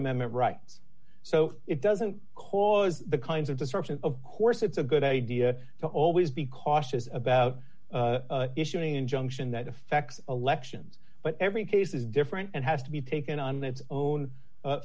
amendment rights so it doesn't cause the kind of disruption of course it's a good idea to always be cautious about issuing an injunction that affects elections but every case is different and has to be taken on its own